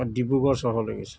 মই ডিব্ৰুগড় চহৰলৈ গৈছিলো